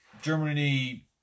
Germany